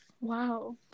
wow